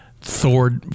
Thor